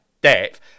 depth